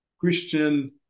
Christian